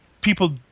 people